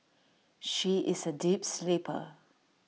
she is A deep sleeper